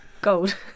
gold